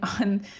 on